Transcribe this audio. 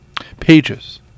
pages